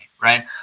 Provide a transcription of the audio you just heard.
right